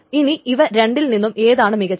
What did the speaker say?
ഇനി ഇവ രണ്ടിൽ നിന്നും ഏതാണ് മികച്ചത്